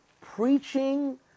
preaching